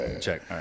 Check